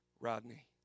Rodney